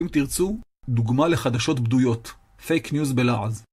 אם תרצו, דוגמה לחדשות בדויות. פייק ניוז בלעז.